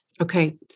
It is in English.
Okay